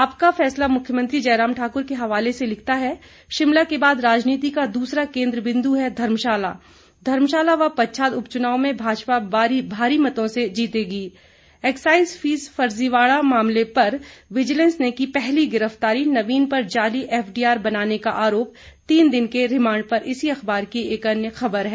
आपका फैसला मुख्यमंत्री जयराम ठाक्र के हवाले से लिखता है शिमला के बाद राजनीति का दूसरा केन्द्र बिंदू है धर्मशाला धर्मशाला व पच्छाद उपचुनावों में भाजपा भारी मतों से जीतेगी एक्साईज फीस फर्जीवाड़ा मामले पर विजिलेंस ने की पहली गिरफ्तारी नवीन पर जाली एफडीआर बनाने का आरोप तीन दिन के रिमांड पर इसी अख़वार की एक अन्य ख़बर है